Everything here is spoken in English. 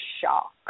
shock